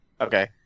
Okay